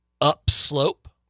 Upslope